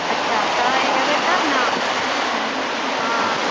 अच्छा तऽ एबै तऽ तब ने हँ